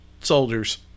soldiers